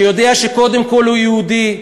שיודע שקודם כול הוא יהודי,